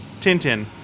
Tintin